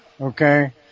okay